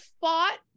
fought